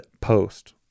Post